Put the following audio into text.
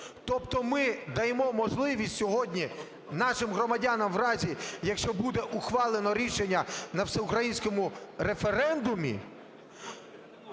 Тобто ми даємо можливість сьогодні нашим громадянам у разі, якщо буде ухвалено рішення на всеукраїнському референдумі,